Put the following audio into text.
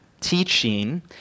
teaching